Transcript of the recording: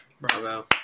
Bravo